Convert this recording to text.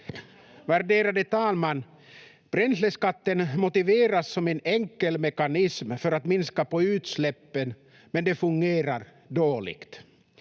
Värderade talman! Bränsleskatten motiveras som en enkel mekanism för att minska på utsläppen, men den fungerar dåligt.